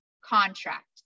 contract